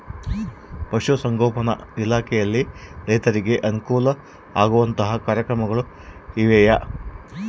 ಪಶುಸಂಗೋಪನಾ ಇಲಾಖೆಯಲ್ಲಿ ರೈತರಿಗೆ ಅನುಕೂಲ ಆಗುವಂತಹ ಕಾರ್ಯಕ್ರಮಗಳು ಇವೆಯಾ?